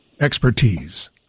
expertise